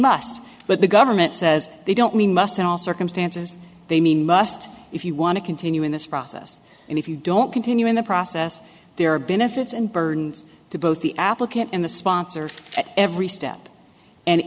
must but the government says they don't mean must in all circumstances they mean must if you want to continue in this process and if you don't continue in the process there are benefits and burdens to both the applicant and the sponsor at every step and